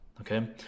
Okay